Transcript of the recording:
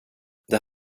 det